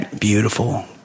beautiful